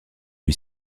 lui